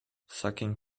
sucking